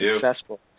successful